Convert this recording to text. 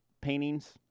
paintings